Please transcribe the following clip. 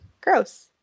Gross